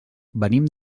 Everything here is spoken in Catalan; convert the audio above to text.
venim